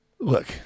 Look